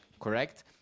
correct